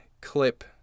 clip